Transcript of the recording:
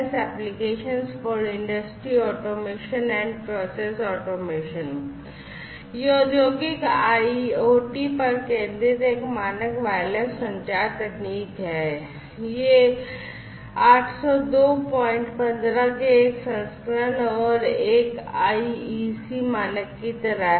यह औद्योगिक आईओटी पर केंद्रित एक मानक वायरलेस संचार तकनीक है यह 80215 के एक संस्करण और एक आईईसी मानक की तरह है